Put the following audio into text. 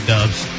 Dubs